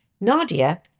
Nadia